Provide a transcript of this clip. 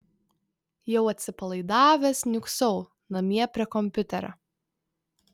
jau atsipalaidavęs niūksau namie prie kompiuterio